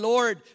Lord